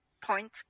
point